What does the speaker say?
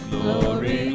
Glory